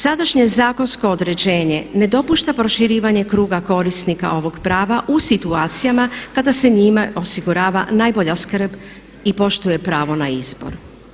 Sadašnje zakonsko određenje ne dopušta proširivanje kruga korisnika ovog prava u situacijama kada se njime osigurava najbolja skrb i poštuje pravo na izbor.